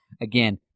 Again